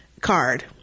card